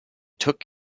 took